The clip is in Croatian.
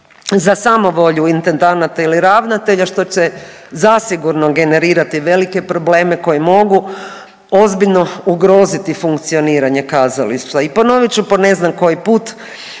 za samovolju intendanata ili ravnatelja što će zasigurno generirati velike probleme koji mogu ozbiljno ugroziti funkcioniranje kazališta. I ponovit ću po ne znam koji put,